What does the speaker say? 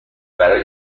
برای